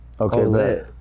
Okay